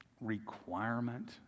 requirement